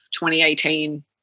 2018